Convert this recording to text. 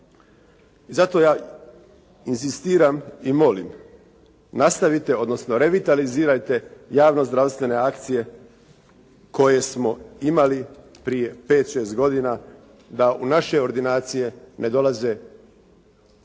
I zato ja inzistiram i molim nastavite, odnosno revitalizirajte javno-zdravstvene akcije koje smo imali prije pet, šest godina da u naše ordinacije ne dolaze trudnice